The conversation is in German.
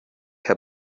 herr